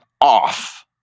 off